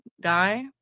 guy